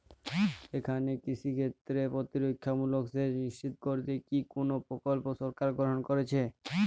এখানে কৃষিক্ষেত্রে প্রতিরক্ষামূলক সেচ নিশ্চিত করতে কি কোনো প্রকল্প সরকার গ্রহন করেছে?